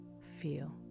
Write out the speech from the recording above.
feel